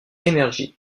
energy